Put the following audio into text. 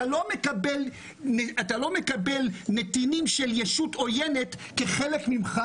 אתה לא מקבל נתינים של ישות עוינת כחלק ממך,